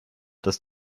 dass